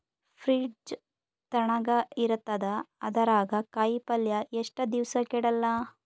Fridge ತಣಗ ಇರತದ, ಅದರಾಗ ಕಾಯಿಪಲ್ಯ ಎಷ್ಟ ದಿವ್ಸ ಕೆಡಲ್ಲ?